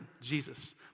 Jesus